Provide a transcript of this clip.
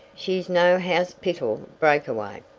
she's no house-pital breakaway.